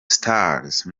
stars